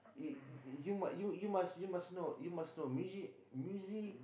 y~ y~ you ma~ you you must you must know you must know music music